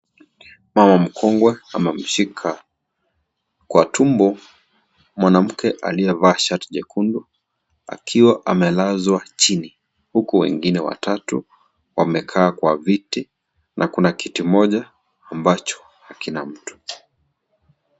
Mama mkongwe amemshika kwa tumbo mwanamke aliye vaa shati nyekudu ,akiwa amelazwa jini huku wengine watatu wamekaa kwa viti na kuna kiti kimoja hakina mtu.